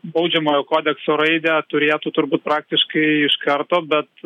baudžiamojo kodekso raidę turėtų turbūt praktiškai iš karto bet